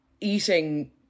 eating